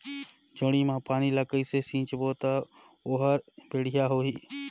जोणी मा पानी ला कइसे सिंचबो ता ओहार बेडिया होही?